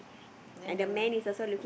then the man